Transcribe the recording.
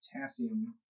potassium